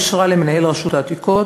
היא אישרה למנהל רשות העתיקות